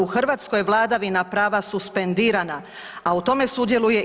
U Hrvatskoj je vladavina prava suspendirana, a u tome sudjeluje i